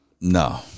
No